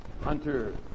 Hunter